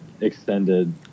Extended